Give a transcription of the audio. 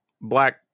black